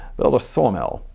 build a sawmill.